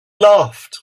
laughed